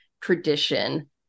tradition